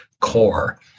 core